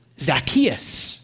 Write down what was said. Zacchaeus